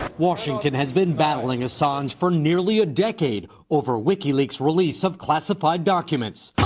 washington has been battling assange for nearly a decade over wikileaks' release of classified documents